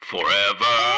Forever